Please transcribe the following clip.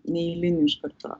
neeilinį iš karto